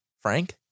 Frank